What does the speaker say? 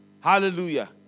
Hallelujah